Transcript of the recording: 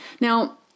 Now